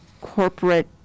corporate